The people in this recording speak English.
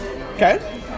Okay